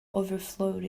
overflowed